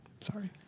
Sorry